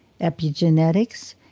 epigenetics